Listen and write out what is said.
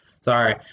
Sorry